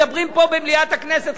מדברים פה במליאת הכנסת,